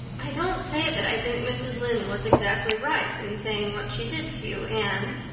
i don't say that i think mrs. lynde was exactly right in saying what she did to you, anne,